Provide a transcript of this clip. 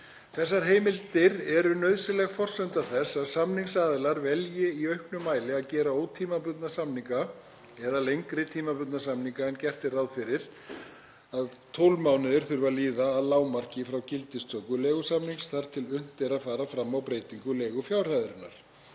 Þessar heimildir eru nauðsynleg forsenda þess að samningsaðilar velji í auknum mæli að gera ótímabundna samninga eða lengri tímabundna samninga en gert er ráð fyrir að 12 mánuðir þurfi að líða að lágmarki frá gildistöku leigusamnings þar til unnt er að fara fram á breytingu leigufjárhæðarinnar.